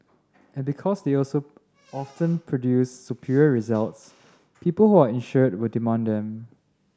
and because they also often produce superior results people who are insured will demand them